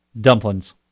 Dumplings